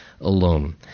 alone